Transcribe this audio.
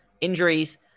injuries